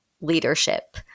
leadership